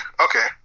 Okay